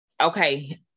okay